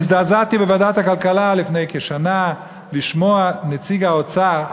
אני הזדעזעתי בוועדת הכלכלה לפני כשנה לשמוע את נציג האוצר,